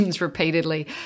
repeatedly